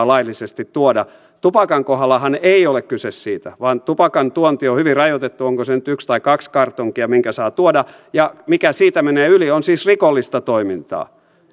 laillisesti tuoda tupakan kohdallahan ei ole kyse siitä vaan tupakan tuonti on hyvin rajoitettua onko se nyt yksi tai kaksi kartonkia minkä saa tuoda ja mikä siitä menee yli on siis rikollista toimintaa